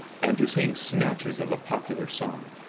and to sing snatches of a popular song.